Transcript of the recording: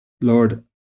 Lord